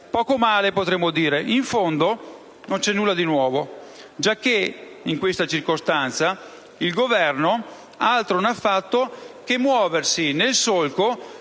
Poco male, potremmo dire. In fondo non c'è nulla di nuovo, giacché in questa circostanza il Governo altro non ha fatto che muoversi nel solco